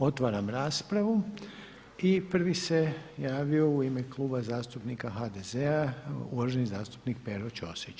Otvaram raspravu i prvi se javio u ime Kluba zastupnika HDZ-a uvaženi zastupnik Pero Ćosić.